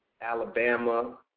Alabama